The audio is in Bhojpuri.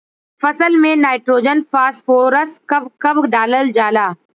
फसल में नाइट्रोजन फास्फोरस कब कब डालल जाला?